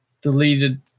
Deleted